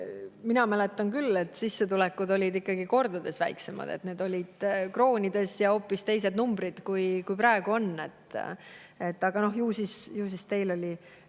Mina mäletan küll, et sissetulekud olid ikka kordades väiksemad, need olid kroonides ja hoopis teised numbrid, kui on praegu. Aga ju siis teil oli